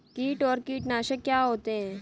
कीट और कीटनाशक क्या होते हैं?